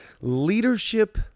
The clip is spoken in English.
Leadership